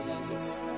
Jesus